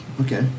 Okay